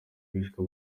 bishwe